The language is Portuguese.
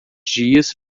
dias